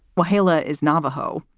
wahala is navajo.